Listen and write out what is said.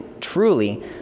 truly